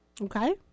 Okay